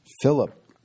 Philip